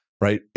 right